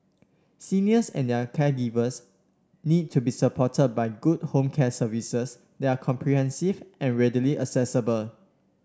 seniors and their caregivers need to be supported by good home care services that are comprehensive and readily accessible